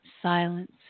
silence